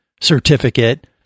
certificate